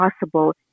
possible